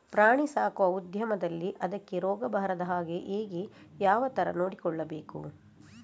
ಪ್ರಾಣಿ ಸಾಕುವ ಉದ್ಯಮದಲ್ಲಿ ಅದಕ್ಕೆ ರೋಗ ಬಾರದ ಹಾಗೆ ಹೇಗೆ ಯಾವ ತರ ನೋಡಿಕೊಳ್ಳಬೇಕು?